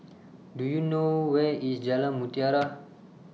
Do YOU know Where IS Jalan Mutiara